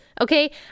Okay